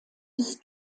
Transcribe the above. des